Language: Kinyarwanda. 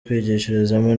kwigishirizamo